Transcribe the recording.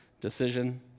decision